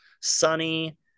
sunny